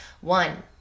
one